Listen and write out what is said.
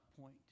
point